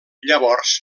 llavors